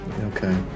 okay